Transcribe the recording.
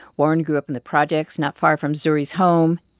warren grew up in the projects not far from zuri's home.